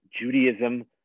Judaism